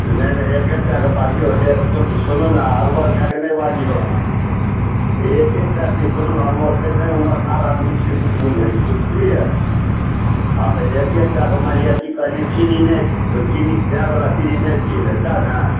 नहि नहि एक एकटा के बाजियौ सुनू सुनू ने अड़बर कए कऽ नहि बाजियौ आब एक एकेटा चीज सुनू हम ओते नहि उमरदार आदमी छियै नहि बुझै छियै बुझलियै हँ तऽ एक एकटा कऽ मानि लिअ की कहलियै चीनी नहि चीनी चाय बला चीनी नहि पियै लए सएह ने